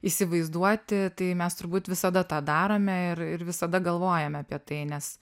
įsivaizduoti tai mes turbūt visada tą darome ir ir visada galvojame apie tai nes